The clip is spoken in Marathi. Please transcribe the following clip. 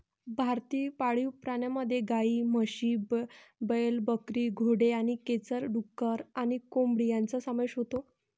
भारतीय पाळीव प्राण्यांमध्ये गायी, म्हशी, बैल, बकरी, घोडे आणि खेचर, डुक्कर आणि कोंबडी यांचा समावेश होतो